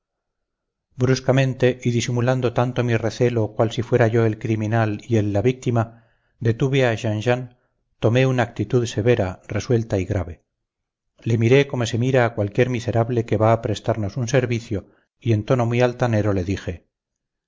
bruscamente y disimulando tanto mi recelo cual si fuera yo el criminal y él la víctima detuve a jean jean tomé una actitud severa resuelta y grave le miré como se mira a cualquier miserable que va a prestarnos un servicio y en tono muy altanero le dije